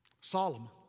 Solomon